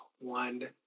one